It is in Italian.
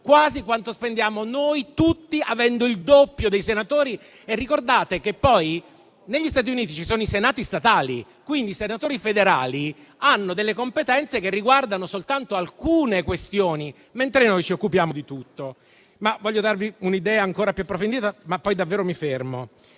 quasi quanto spendiamo noi tutti, avendo il doppio dei senatori. E ricordate anche che negli Stati Uniti ci sono i senati statali, quindi i senatori federali hanno delle competenze che riguardano soltanto alcune questioni, mentre noi ci occupiamo di tutto. Voglio darvi un'idea ancora più approfondita, poi davvero mi fermo.